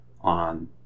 on